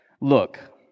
Look